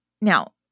now